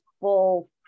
full